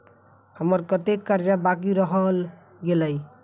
हम्मर कत्तेक कर्जा बाकी रहल गेलइ?